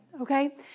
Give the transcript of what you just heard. okay